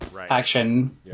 action